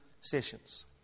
sessions